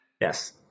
Yes